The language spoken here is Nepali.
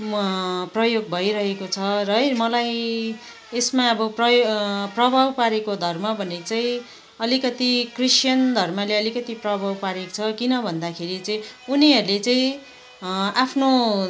प्रयोग भइरहेको छ है मलाई यसमा अब प्र प्रभाव पारेको धर्म भने चाहिँ अलिकति क्रिस्चियन धर्मले अलिकति प्रभाव पारेको छ किन भन्दाखेरि चाहिँ उनीहरूले चाहिँ आफ्नो